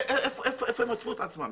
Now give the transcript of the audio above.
איפה הן מצאו את עצמם?